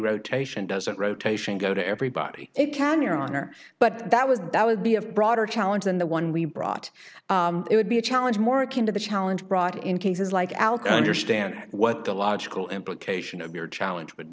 rotation doesn't rotation go to everybody it can your honor but that was that would be a broader challenge than the one we brought it would be a challenge more akin to the challenge brought in cases like alcoa understand what the logical implication of your challenge would